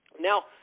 Now